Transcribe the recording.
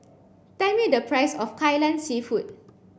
tell me the price of Kai Lan seafood